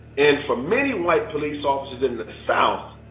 and for many white police officers in the south,